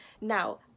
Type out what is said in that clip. Now